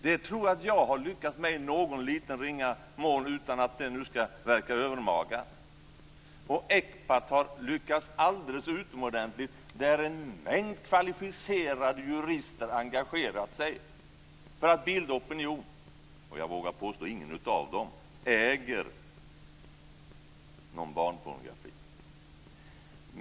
Det tror jag att jag har lyckats med i någon liten ringa mån utan att det nu skall verka övermaga, och ECPAT har lyckats alldeles utomordentligt där en mängd kvalificerade jurister engagerat sig för att bilda opinion. Jag vågar påstå att ingen av dem äger någon barnpornografi.